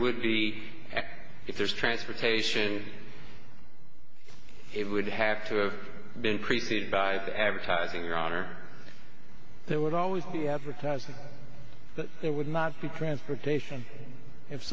would be if there's transportation it would have to have been created by the advertising owner there would always be advertising that there would not be transportation if